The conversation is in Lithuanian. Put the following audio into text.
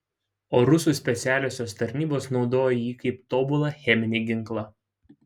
o rusų specialiosios tarnybos naudojo jį kaip tobulą cheminį ginklą